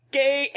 gay